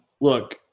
look